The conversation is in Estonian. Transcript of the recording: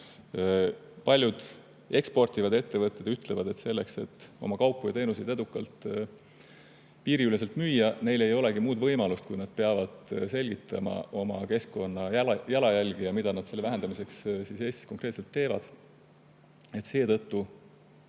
Paljud eksportivad ettevõtted ütlevad, et selleks, et oma kaupu ja teenuseid edukalt piiriüleselt müüa, ei olegi neil muud võimalust, kui et nad peavad selgitama oma keskkonnajalajälge ja mida nad selle vähendamiseks Eestis konkreetselt teevad. Seetõttu